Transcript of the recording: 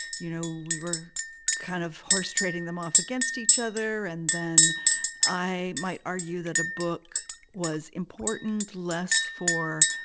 you know, we were kind of horse-trading them off against each other. and then i might argue that a book was important less for.